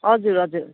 हजुर हजुर